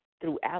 throughout